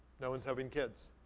no one's having kids.